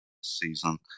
season